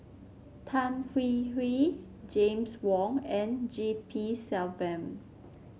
Tan Hwee Hwee James Wong and G P Selvam